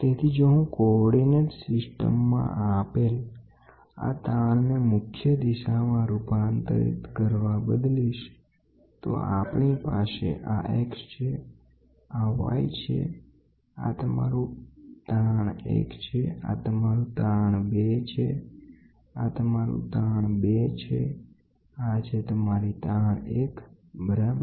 તેથી જો હું કોર્ડિનેટ સિસ્ટમમા આપેલ આ સ્ટ્રેસને મુખ્ય દિશામાં રૂપાંતરિત કરવા બદલીશ તો આપણી પાસે આ X છે આ Y છે આ તમારું સ્ટ્રેસ 1 છે આ તમારું સ્ટ્રેસ 2 છે આ તમારું સ્ટ્રેસ 2 છે આ છે તમારું સ્ટ્રેસ 1 બરાબર